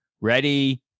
Ready